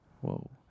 Whoa